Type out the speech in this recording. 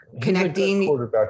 connecting